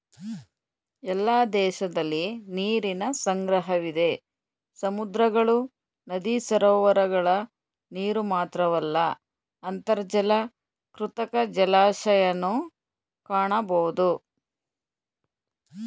ಎಲ್ಲ ದೇಶದಲಿ ನೀರಿನ ಸಂಗ್ರಹವಿದೆ ಸಮುದ್ರಗಳು ನದಿ ಸರೋವರಗಳ ನೀರುಮಾತ್ರವಲ್ಲ ಅಂತರ್ಜಲ ಕೃತಕ ಜಲಾಶಯನೂ ಕಾಣಬೋದು